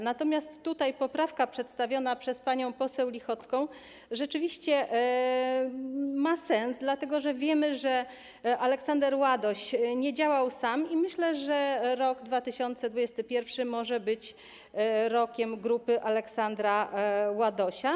Natomiast poprawka przedstawiona przez panią poseł Lichocką rzeczywiście ma sens, dlatego że wiemy, że Aleksander Ładoś nie działał sam, i myślę, że rok 2021 może być Rokiem Grupy Ładosia.